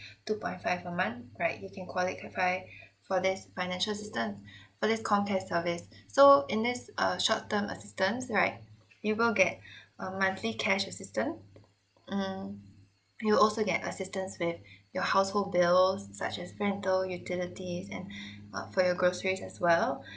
two point five a month right you can qualify for this financial assistance for this comcare service so in this uh short term assistance right you will get a monthly cash assistance mm you'll also get assistance with your household bills such as rental utilities and uh for your groceries as well